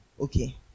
okay